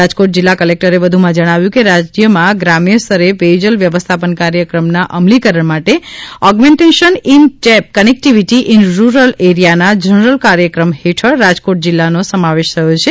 રાજકોટ જિલ્લા કલેકટરે વધુમાં જણાવ્યું છે કે રાજયમાં ગ્રામ્યસ્તરે પેયજલ વ્યવસ્થાપન કાર્યક્રમના અમલીકરણ માટે augmentation in tap connectivity in rural એરીયાના જનરલ કાર્યક્રમ હેઠળ રાજકોટ જિલ્લાનો સમાવેશ થયો છે